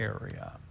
area